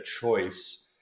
choice